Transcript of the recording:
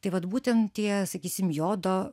tai vat būtent tie sakysim jodo